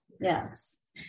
Yes